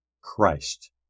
Christ